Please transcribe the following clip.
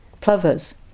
plovers